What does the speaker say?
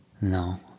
no